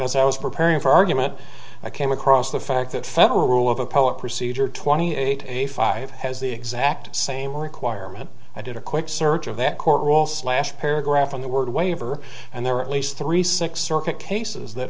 fact as i was preparing for argument i came across the fact that federal rule of a poet procedure twenty eight eighty five has the exact same requirement i did a quick search of that court all slash paragraph on the word waiver and there are at least three six circuit cases that